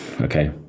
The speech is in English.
Okay